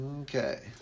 okay